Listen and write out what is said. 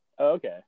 Okay